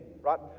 right